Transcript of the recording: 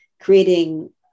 creating